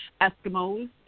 Eskimos